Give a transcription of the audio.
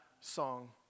song